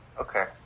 okay